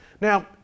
Now